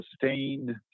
sustained